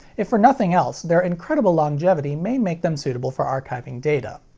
if for nothing else, their incredible longevity may make them suitable for archiving data.